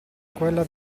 quella